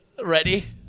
Ready